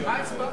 חברת הכנסת